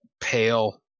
pale